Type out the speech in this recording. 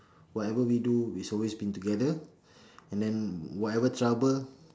whatever we do it's always been together and then whatever trouble